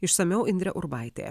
išsamiau indrė urbaitė